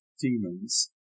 demons